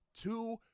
two